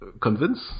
convince